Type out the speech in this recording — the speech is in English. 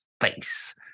face